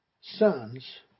sons